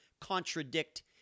contradict